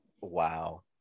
wow